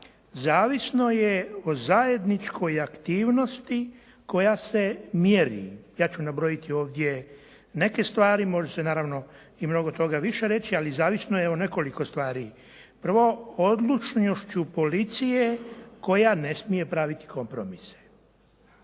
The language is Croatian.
Zavisno je o zajedničkoj aktivnosti koja se mjeri, ja ću nabrojiti ovdje neke stvari, može se naravno i mnogo toga više reći, ali zavisno je o nekoliko stvari. Prvo, odlučnošću policije koja ne smije praviti kompromise.